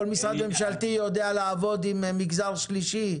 כל משרד ממשלתי יודע לעבוד עם מגזר שלישי.